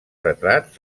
retrats